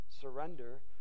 surrender